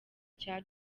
cya